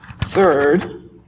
third